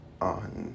on